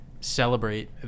celebrate